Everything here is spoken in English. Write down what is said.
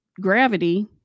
gravity